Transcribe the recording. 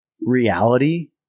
reality